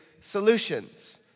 solutions